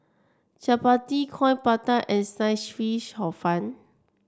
chappati Coin Prata and Sliced Fish Hor Fun